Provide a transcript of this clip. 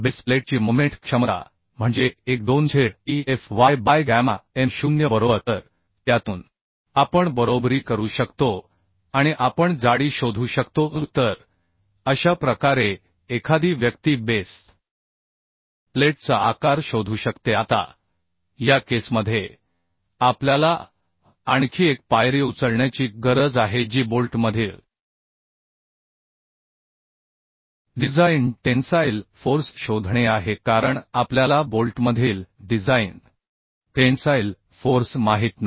base प्लेटची moment क्षमता म्हणजे 1 2 z e f y by gamma m0 बरोबर तर त्यातून आपण बरोबरी करू शकतो आणि आपण जाडी शोधू शकतो तर अशा प्रकारे एखादी व्यक्ती बेस प्लेटचा आकार शोधू शकते आता या केसमध्ये आपल्याला आणखी एक पायरी उचलण्याची गरज आहे जी बोल्टमधील डिझाइन टेन्साइल फोर्स शोधणे आहे कारण आपल्याला बोल्टमधील डिझाइन टेन्साइल फोर्स माहित नाही